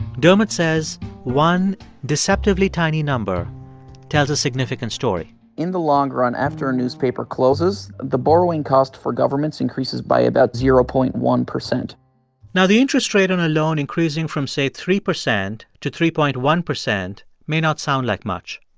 dermot says one deceptively tiny number tells a significant story in the long run, after a newspaper closes, the borrowing cost for governments increases by about zero point one percent now, the interest rate on a loan increasing from, say, three percent to three point one percent may not sound like much.